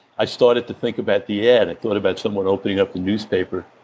i started to think about the ad. i thought about someone opening up the newspaper,